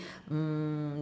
mm